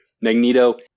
Magneto